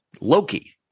Loki